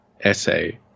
essay